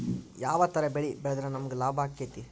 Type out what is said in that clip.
ಯಾವ ತರ ಬೆಳಿ ಬೆಳೆದ್ರ ನಮ್ಗ ಲಾಭ ಆಕ್ಕೆತಿ?